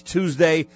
Tuesday